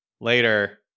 later